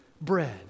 bread